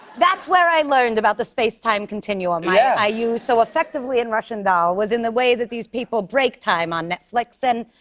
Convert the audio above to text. that's where i learned about the space-time continuum that yeah i use so effectively in russian doll, was in the way that these people break time on netflix. and